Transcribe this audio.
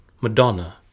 Madonna